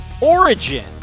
origin